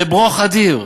ל"ברוֹך" אדיר.